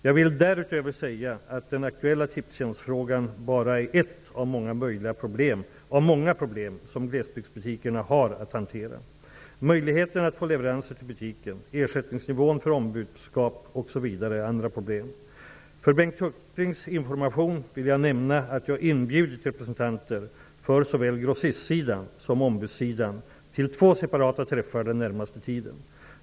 Jag vill därutöver säga att den aktuella Tipstjänstfrågan bara är ett av många problem som glesbygdsbutikerna har att hantera. Möjligheten att få leveranser till butiken, ersättningsnivån för ombudskap osv. är andra problem. För Bengt Hurtigs information vill jag nämna att jag inbjudit representanter för såväl grossistsidan som ombudssidan till två separata träffar den närmaste tiden.